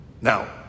Now